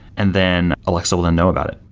and then alexa will then know about it.